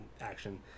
action